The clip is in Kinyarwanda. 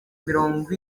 mirongo